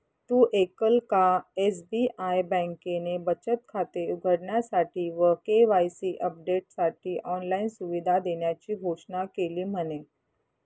तु ऐकल का? एस.बी.आई बँकेने बचत खाते उघडण्यासाठी व के.वाई.सी अपडेटसाठी ऑनलाइन सुविधा देण्याची घोषणा केली म्हने